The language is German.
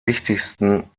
wichtigsten